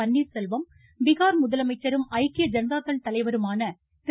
பன்னீர்செல்வம் பீகார் முதலமைச்சரும் ஐக்கிய ஜனதா தள் தலைவருமான திரு